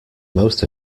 most